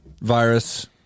virus